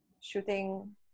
Shooting